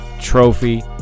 trophy